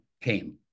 came